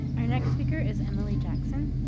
our next speaker is emily jackson.